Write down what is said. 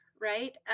right